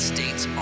States